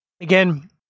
Again